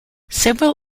several